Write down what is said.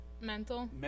Mental